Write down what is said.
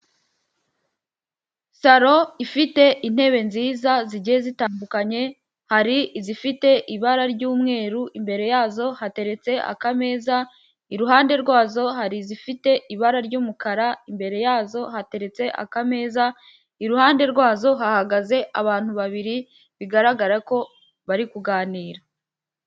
Saro ifite intebe nziza zigiye zitandukanye, hari izifite ibara ry'umweru imbere yazo hateretse akameza, iruhande rwazo hari izifite ibara ry'umukara imbere yazo hateretse akameza iruhande rwazo hahagaze abantu babiri bigaragara ko bari kuganira.